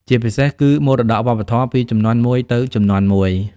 ជាពិសេសគឺជាមរតកវប្បធម៌ ពីជំនាន់មួយទៅជំនាន់មួយ។